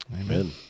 Amen